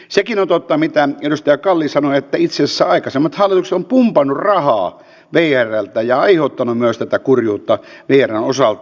sekin on totta mitä edustaja kalli sanoi että itse asiassa aikaisemmat hallitukset ovat pumpanneet rahaa vrltä ja aiheuttaneet myös tätä kurjuutta vrn osalta